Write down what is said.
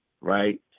right